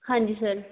ਹਾਂਜੀ ਸਰ